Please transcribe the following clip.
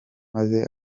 maze